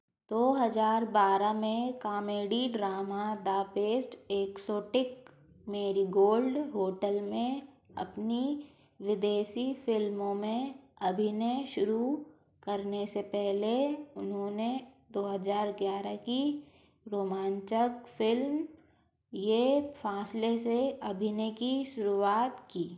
दो हज़ार बारह में comedy drama the best exotic marigold hotel में अपनी विदेशी फ़िल्मों में अभिनय शुरू करने से पहले उन्होंने दो हज़ार ग्यारह की रोमांचक फ़िल्म ये फ़ासले से अभिनय की शुरुआत की